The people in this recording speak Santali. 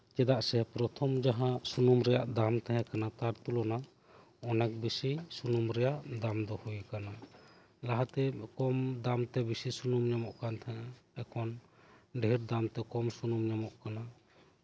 ᱪᱮᱫᱟᱜ ᱥᱮ ᱯᱨᱚᱛᱷᱚᱢ ᱡᱟᱸᱦᱟ ᱥᱩᱱᱩᱢ ᱨᱮᱭᱟᱜ ᱫᱟᱢ ᱛᱟᱸᱦᱮ ᱠᱟᱱᱟ ᱛᱟᱨ ᱛᱩᱞᱚᱱᱟ ᱚᱱᱮᱠ ᱵᱮᱥᱤ ᱥᱩᱱᱩᱢ ᱨᱮᱭᱟᱜ ᱫᱟᱢ ᱫᱚ ᱦᱳᱭ ᱟᱠᱟᱱᱟ ᱞᱟᱦᱟᱛᱮ ᱠᱚᱢ ᱫᱟᱢ ᱛᱮ ᱵᱮᱥᱤ ᱥᱩᱱᱩᱢ ᱧᱟᱢᱚᱜ ᱠᱟᱱ ᱛᱟᱸᱦᱮᱱᱟ ᱮᱠᱷᱚᱱ ᱰᱷᱮᱨ ᱫᱟᱢ ᱛᱮ ᱠᱚᱢ ᱥᱩᱱᱩᱢ ᱧᱟᱢᱚᱜ ᱠᱟᱱᱟ